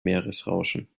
meeresrauschen